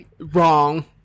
wrong